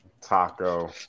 Taco